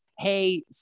Hey